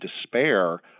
despair